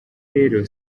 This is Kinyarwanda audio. rero